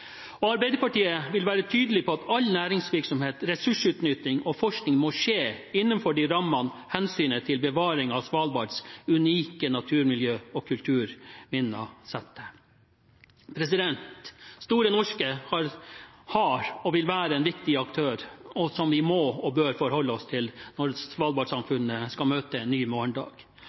Arbeiderpartiet vil være tydelig på at all næringsvirksomhet, ressursutnytting og forskning må skje innenfor de rammene hensynet til bevaring av Svalbards unike naturmiljø og kulturminner setter. Store Norske har vært og vil være en viktig aktør som vi må og bør forholde oss til når Svalbard-samfunnet skal møte en ny morgendag.